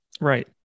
Right